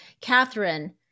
Catherine